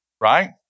right